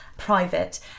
private